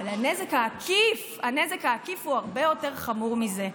אבל הנזק העקיף הוא הרבה יותר חמור מזה,